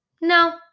no